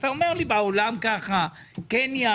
אתה אומר: בעולם ככה, קניה.